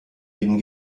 den